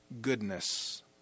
goodness